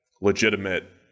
legitimate